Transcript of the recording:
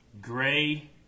gray